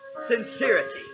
sincerity